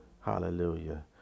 Hallelujah